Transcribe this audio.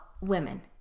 women